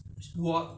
mm